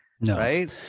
Right